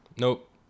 Nope